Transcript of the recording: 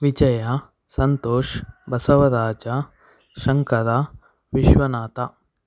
Vijaya Santosh Basavaraj Shankar Vishwanath